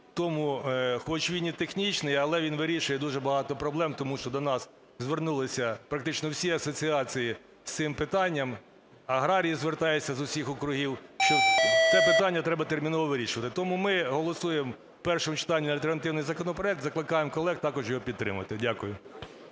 тому, хоч він і технічний, але він вирішує дуже багато проблем. Тому що до нас звернулися практично всі асоціації з цим питанням, аграрії звертаються з усіх округів, що це питання треба терміново вирішувати. Тому ми голосуємо в першому читанні за альтернативний законопроект, закликаємо колег також його підтримати. Дякую.